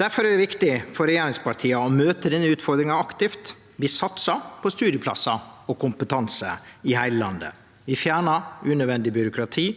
Difor er det viktig for regjeringspartia å møte denne utfordringa aktivt. Vi satsar på studieplassar og kompetanse i heile landet, vi fjernar unødvendig byråkrati,